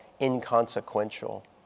inconsequential